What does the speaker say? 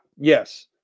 yes